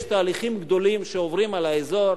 יש תהליכים גדולים שעוברים על האזור,